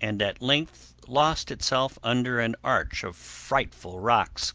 and at length lost itself under an arch of frightful rocks